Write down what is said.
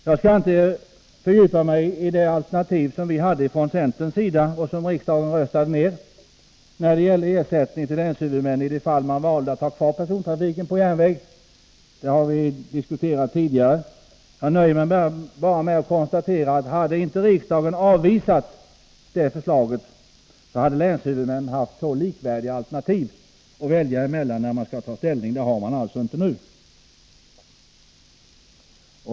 Jag skall inte fördjupa migi de alternativ som vi från centerns sida hade och som riksdagen röstade ned när det gäller ersättning till länshuvudmännen i de fall man valde att ha kvar persontrafiken på järnväg — det har vi diskuterat tidigare. Jag nöjer mig med att konstatera att hade inte riksdagen avvisat vårt förslag, hade länshuvudmännen haft likvärdiga alternativ att välja mellan när man skall ta ställning. Det har man alltså inte nu.